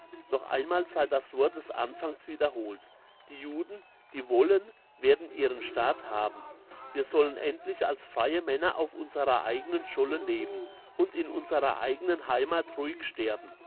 noch einmal sei das wort des anfangs wiederholt die juden die wollen werden ihren staat haben wir sollen endlich als freie männer auf unserer eigenen scholle leben und in unserer eigenen heimat ruhig sterben